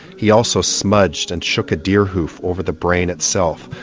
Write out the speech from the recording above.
he also smudged and shook a deer hoof over the brain itself,